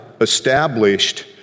established